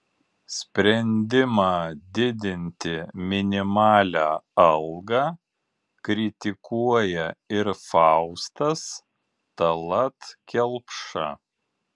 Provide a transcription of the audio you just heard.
sprendimą didinti minimalią algą kritikuoja ir faustas tallat kelpša